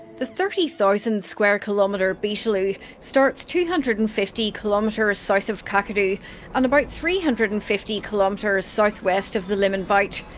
the thirty thousand square kilometre beetaloo starts two hundred and fifty kilometres south of kakadu and about three hundred and fifty kilometres south-west of the limmen bight.